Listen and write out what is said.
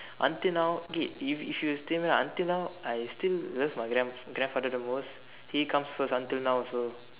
until now eh if if you still until now I still love my grand~ grandfather the most he comes first until now also